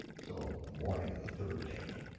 so the morning of the third day,